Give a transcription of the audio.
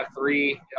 three